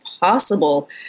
possible